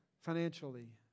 financially